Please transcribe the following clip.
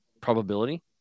probability